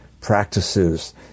practices